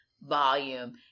volume